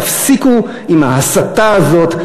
תפסיקו עם ההסתה הזאת.